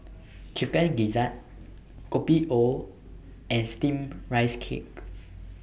Chicken Gizzard Kopi O and Steamed Rice Cake